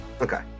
Okay